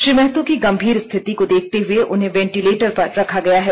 श्री महतो की स्थिति देखते हुए उन्हें वेंटीलेटर पर रखा गया है